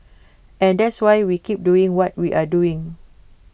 and that's why we keep doing what we're doing